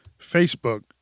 Facebook